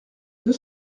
deux